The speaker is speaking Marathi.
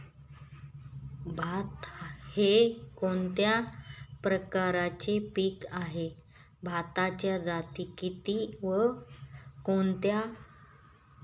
भात हे कोणत्या प्रकारचे पीक आहे? भाताच्या जाती किती व कोणत्या?